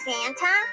Santa